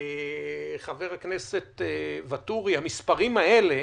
חבר הכנסת ואטורי, המספרים האלה,